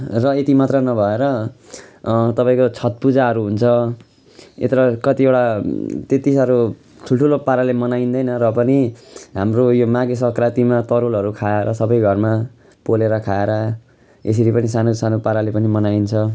र यति मात्र नभएर तपाईँको छठपूजाहरू हुन्छ यात्रा कतिवटा त्यति साह्रो ठुल्ठुलो पाराले मनाइँदैन र पनि हाम्रो यो माघे सङ्क्रान्तिमा तरुलहरू खाएर सबै घरमा पोलेर खाएर यसरी पनि सानो सानो पाराले पनि मनाइन्छ